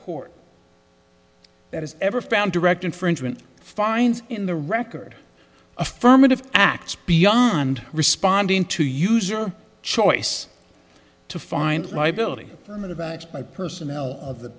court that has ever found direct infringement finds in the record affirmative acts beyond responding to user choice to find liability by personnel of the